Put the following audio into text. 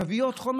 מביאות חומר.